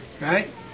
Right